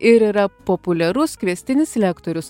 ir yra populiarus kviestinis lektorius